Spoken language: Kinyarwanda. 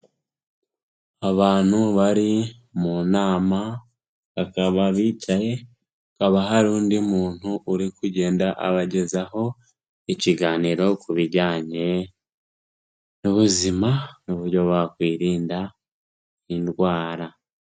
Abantu bari mu nama bakaba bicaye, hakaba hari undi muntu uri kugenda abagezaho ikiganiro ku bijyanye n'ubuzima, n'uburyo bakwirinda indwara.